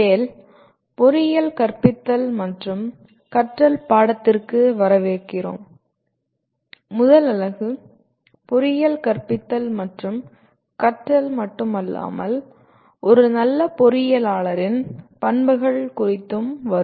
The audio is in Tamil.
TALE பொறியியல் கற்பித்தல் மற்றும் கற்றல் பாடத்திற்கு வரவேற்கிறோம் முதல் அலகு பொறியியல் கற்பித்தல் மற்றும் கற்றல் மட்டுமல்லாமல் ஒரு நல்ல பொறியியலாளரின் பண்புகள் குறித்தும் வரும்